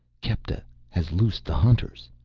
kepta has loosed the hunters.